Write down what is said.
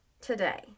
today